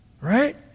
Right